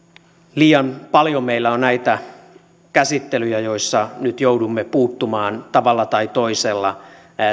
liian paljon meillä on näitä käsittelyjä joissa nyt joudumme puuttumaan tavalla tai toisella